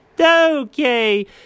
Okay